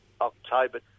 October